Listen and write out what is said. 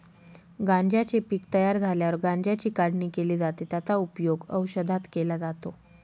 गांज्याचे पीक तयार झाल्यावर गांज्याची काढणी केली जाते, त्याचा उपयोग औषधात केला जातो